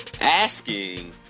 asking